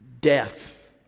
Death